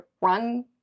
run